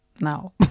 now